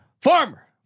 farmer